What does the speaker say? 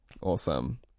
Awesome